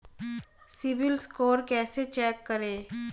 CIBIL score कैसे check करें?